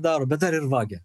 daro bet dar ir vagia